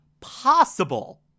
possible